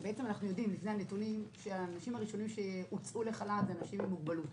יודעים לפי הנתונים שהאנשים הראשונים שהוצאו לחל"ת הם אנשים עם מוגבלות